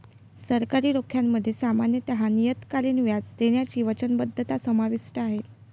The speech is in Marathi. सरकारी रोख्यांमध्ये सामान्यत नियतकालिक व्याज देण्याची वचनबद्धता समाविष्ट असते